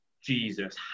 Jesus